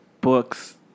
books